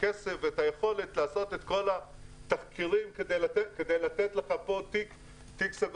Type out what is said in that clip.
הכסף ואת היכולת לעשות את כל התחקירים כדי לתת לך פה תיק סגור.